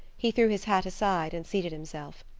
he threw his hat aside and seated himself.